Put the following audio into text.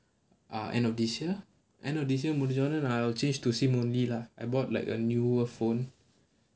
eh end of this year end of this year முடிஞ்சவொடன:mudinchavodana I will change to sim only lah I bought like a newer phone